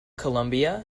colombia